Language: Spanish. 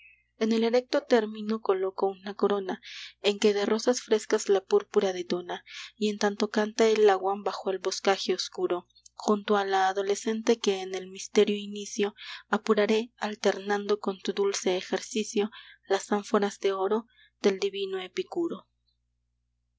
en el erecto término coloco una corona en que de rosas frescas la púrpura detona y en tanto canta el agua bajo el boscaje oscuro junto a la adolescente que en el misterio inicio apuraré alternando con tu dulce ejercicio las ánforas de oro del divino epicuro